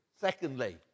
Secondly